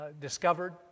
discovered